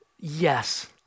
yes